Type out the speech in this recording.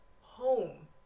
home